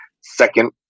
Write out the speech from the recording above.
second